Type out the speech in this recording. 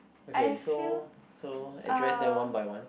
okay so so address them one by one